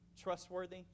trustworthy